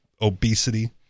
obesity